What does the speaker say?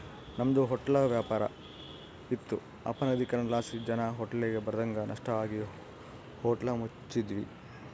ನಮ್ದು ಹೊಟ್ಲ ವ್ಯಾಪಾರ ಇತ್ತು ಅಪನಗದೀಕರಣಲಾಸಿ ಜನ ಹೋಟ್ಲಿಗ್ ಬರದಂಗ ನಷ್ಟ ಆಗಿ ಹೋಟ್ಲ ಮುಚ್ಚಿದ್ವಿ